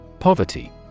Poverty